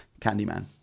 Candyman